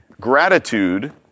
Gratitude